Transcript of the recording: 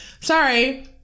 sorry